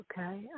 okay